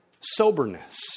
soberness